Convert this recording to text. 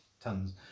tons